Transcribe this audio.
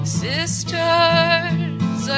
sisters